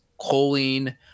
Choline